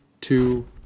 two